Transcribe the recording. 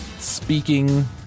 speaking